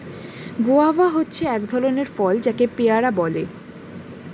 guava হচ্ছে এক ধরণের ফল যাকে পেয়ারা বলে